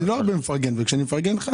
אני רוצה